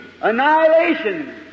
annihilation